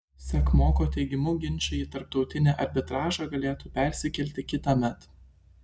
sekmoko teigimu ginčai į tarptautinį arbitražą galėtų persikelti kitąmet